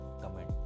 comment